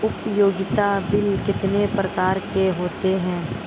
उपयोगिता बिल कितने प्रकार के होते हैं?